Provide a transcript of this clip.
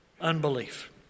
unbelief